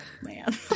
man